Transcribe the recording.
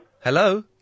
Hello